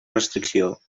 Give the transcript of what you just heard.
restricció